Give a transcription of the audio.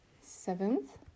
Seventh